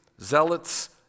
Zealots